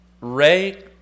ray